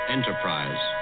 Enterprise